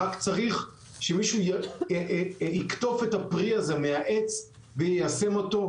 רק צריך שמישהו יקטוף את הפרי הזה מהעץ ויישם אותו,